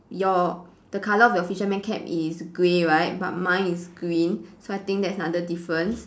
your the colour of your fisherman cap is grey right but mine is green so I think that's another difference